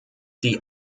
die